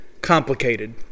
complicated